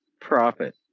profit